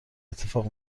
اتفاق